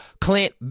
Clint